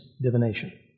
divination